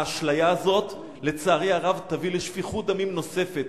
האשליה הזאת, לצערי הרב, תביא לשפיכות דמים נוספת.